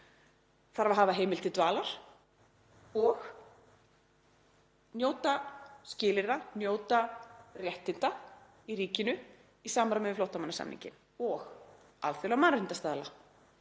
þarf að hafa heimild til dvalar og njóta skilyrða, njóta réttinda í ríkinu í samræmi við flóttamannasamninginn og alþjóðlega mannréttindastaðla,